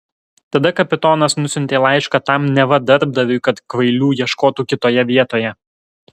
tada kapitonas nusiuntė laišką tam neva darbdaviui kad kvailių ieškotų kitoje vietoje